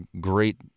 great